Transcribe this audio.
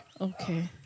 Okay